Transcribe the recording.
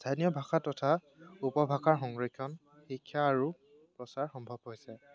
স্থানীয় ভাষা তথা উপভাষাৰ সংৰক্ষণ শিক্ষা আৰু প্ৰচাৰ সম্ভৱ হৈছে